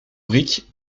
briques